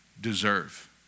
deserve